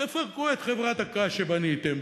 תפרקו את חברת הקש שבניתם,